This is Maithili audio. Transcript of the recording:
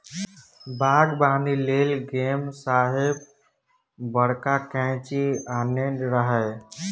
बागबानी लेल मेम साहेब बड़का कैंची आनने रहय